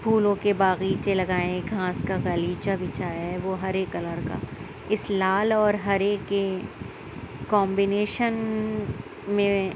پھولوں کے باغیچے لگائے گھاس کا غالیچہ بچھایا ہے وہ ہرے کلر کا اِس لال اور ہرے کے کمبنیشن میں